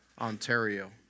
Ontario